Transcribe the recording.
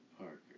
Parker